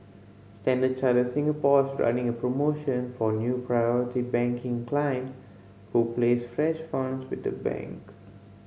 Standard Chartered Singapore is running a promotion for new Priority Banking client who place fresh funds with the bank